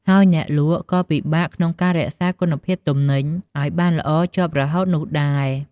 ហើយអ្នកលក់ក៏ពិបាកក្នុងការរក្សាគុណភាពទំនិញឲ្យបានល្អជាប់រហូតនោះដែរ។